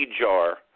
jar